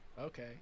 Okay